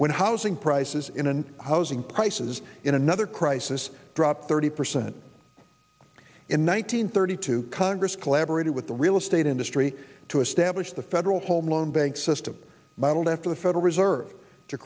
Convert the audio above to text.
when housing prices in and housing prices in another crisis dropped thirty percent in one nine hundred thirty two congress collaborated with the real estate industry to establish the federal home loan bank system modeled after the federal reserve to